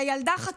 שהילדה שלה חטופה,